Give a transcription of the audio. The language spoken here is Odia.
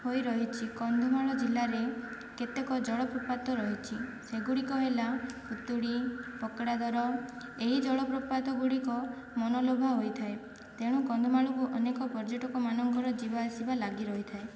ହୋଇ ରହିଛି କନ୍ଧମାଳ ଜିଲ୍ଲାରେ କେତେକ ଜଳପ୍ରପାତ ରହିଛି ସେଗୁଡିକ ହେଲା ପୁତୁଡ଼ି ପକଡ଼ାଝର ଏହି ଜଳପ୍ରପାତ ଗୁଡିକ ମନଲୋଭା ହୋଇଥାଏ ତେଣୁ କନ୍ଧମାଳକୁ ଅନେକ ପର୍ଯ୍ୟଟକ ମାନଙ୍କର ଯିବାଆସିବା ଲାଗିରହିଥାଏ